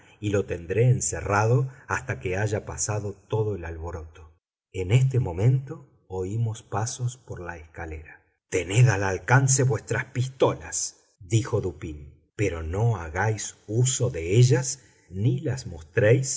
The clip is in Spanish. y lo tendré encerrado hasta que haya pasado todo el alboroto en este momento oímos pasos en la escalera tened al alcance vuestras pistolas dijo dupín pero no hagáis uso de ellas ni las mostréis